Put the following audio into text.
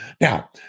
Now